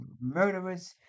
murderers